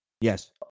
Yes